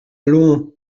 allons